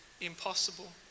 impossible